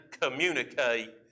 communicate